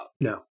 No